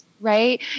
right